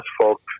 folks